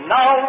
Now